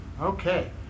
Okay